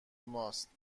ماست